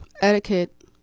Etiquette